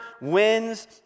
wins